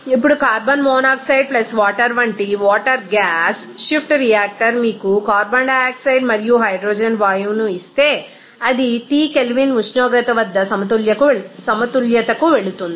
ఇప్పుడు carbon monoxide plus water వంటి water gas shift reactor మీకు కార్బన్ డయాక్సైడ్ మరియు హైడ్రోజన్ వాయువును ఇస్తే అది T కెల్విన్ ఉష్ణోగ్రత వద్ద సమతుల్యతకు వెళుతుంది